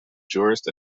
jurist